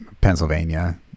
Pennsylvania